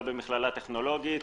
לא במכללה טכנולוגית,